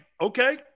Okay